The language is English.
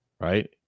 Right